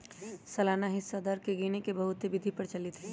सालाना हिस्सा दर के गिने के बहुते विधि प्रचलित हइ